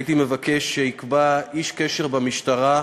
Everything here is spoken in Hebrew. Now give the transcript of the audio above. הייתי מבקש שייקבע איש קשר במשטרה,